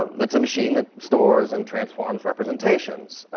that's a machine that stores and transforms representations,